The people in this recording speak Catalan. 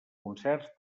concerts